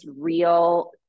real